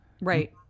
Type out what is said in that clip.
right